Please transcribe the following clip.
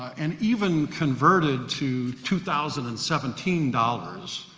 and even converted to two thousand and seventeen dollars,